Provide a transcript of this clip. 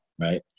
right